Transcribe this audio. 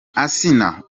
asnah